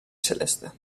celeste